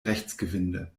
rechtsgewinde